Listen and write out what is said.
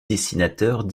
dessinateurs